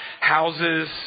houses